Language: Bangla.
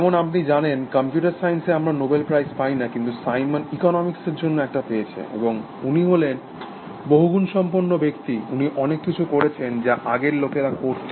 যেমন আপনি জানেন কম্পিউটার সায়েন্সে আমরা নোবেল প্রাইজ পাই না কিন্তু সাইমন ইকনমিক্স এর জন্য একটা পেয়েছে এবং উনি হলেন বহুগুণসম্পন্ন ব্যক্তি উনি অনেককিছু করেছেন যা আগের লোকেরা করত